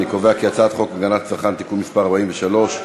ההצעה להעביר את הצעת חוק הגנת הצרכן (תיקון מס' 43)